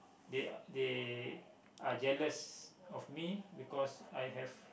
they are they are jealous of me because I have